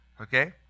okay